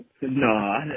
No